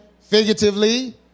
figuratively